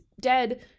dead